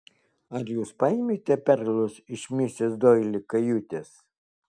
ar jūs paėmėte perlus iš misis doili kajutės